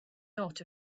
not